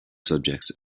subjects